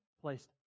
placed